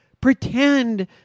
pretend